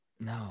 no